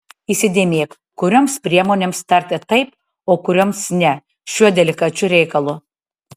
įsidėmėk kurioms priemonėms tarti taip o kurioms ne šiuo delikačiu reikalu